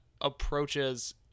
approaches